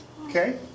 Okay